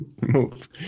Move